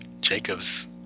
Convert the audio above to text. Jacobs